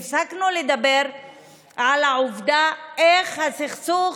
הפסקנו לדבר על העובדה איך הסכסוך,